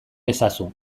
ezazu